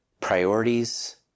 priorities